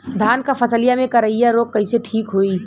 धान क फसलिया मे करईया रोग कईसे ठीक होई?